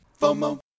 FOMO